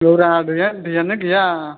औब्रा दैया दैआनो गैया